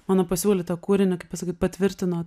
mano pasiūlytą kūrinį kaip pasakyt patvirtino